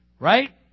Right